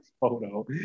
photo